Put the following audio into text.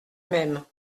même